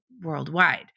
worldwide